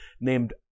named